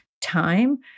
time